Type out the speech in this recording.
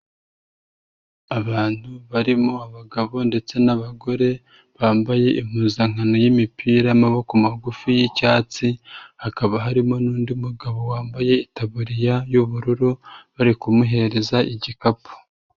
Abantu barimo abagabo ndetse n'abagore bambaye impuzankano y'imipira y'amaboko magufi y'icyatsi, hakaba harimo n'undi mugabo wambaye itabuririya y'ubururu bari ku muhereza igikapu.